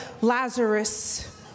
Lazarus